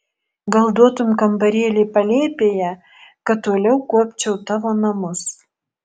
gal duotum kambarėlį palėpėje kad toliau kuopčiau tavo namus